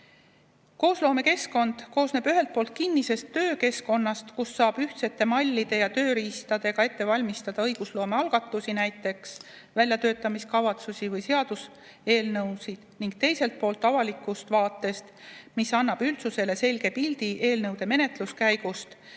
Koosloomekeskkond koosneb ühelt poolt kinnisest töökeskkonnast, kus saab ühtsete mallide ja tööriistadega ette valmistada õigusloomealgatusi, näiteks väljatöötamiskavatsusi või seaduseelnõusid, ning teiselt poolt avalikust vaatest, mis annab üldsusele selge pildi eelnõude menetlemise käigust